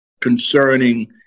concerning